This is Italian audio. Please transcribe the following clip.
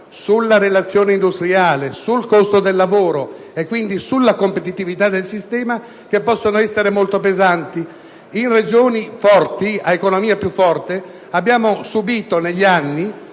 sulla relazione industriale, sul costo del lavoro e quindi sulla competitività del sistema che possono essere molto pesanti. In Regioni ad economia più forte abbiamo subito, negli anni,